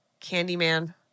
candyman